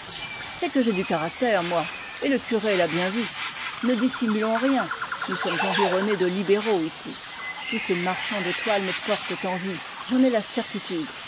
c'est que j'ai du caractère moi et le curé l'a bien vu ne dissimulons rien nous sommes environnés de libéraux ici tous ces marchands de toile me portent envie j'en ai la certitude